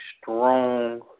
strong